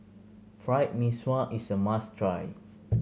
Fried Mee Sua is a must try